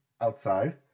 outside